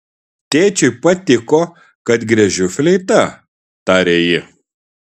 tėčiui patiko kad griežiu fleita tarė ji